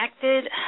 connected